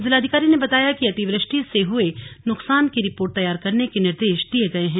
जिलाधिकारी ने बताया कि अतिवृष्टि से हुए नुकसान की रिपोर्ट तैयार करने के निर्देश दिये गए हैं